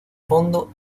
fondo